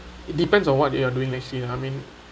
it depends on what you are doing they see lah I mean